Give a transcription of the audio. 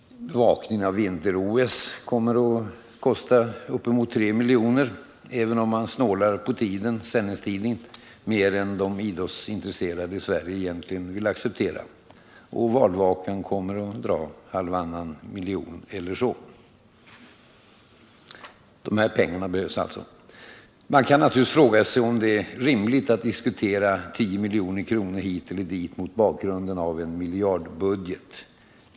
Bevakningen av vinter-OS kommer att kosta uppemot 3 milj.kr., även om man snålar på sändningstiden mer än de idrottsintresserade i Sverige vill acceptera. Valvakan kommer att dra halvannan miljon eller så. De här pengarna behövs alltså. Man kan naturligtvis fråga sig om det är rimligt att diskutera 10 milj.kr. hit eller dit mot bakgrunden av en miljardbudget.